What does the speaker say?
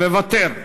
מוותר.